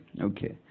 okay